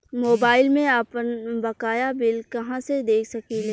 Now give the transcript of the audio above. Mobile में आपनबकाया bill कहाँसे देख सकिले?